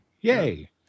Yay